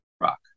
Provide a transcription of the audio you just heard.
rock